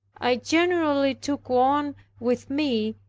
i generally took one with me,